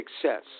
success